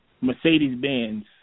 Mercedes-Benz